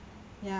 ya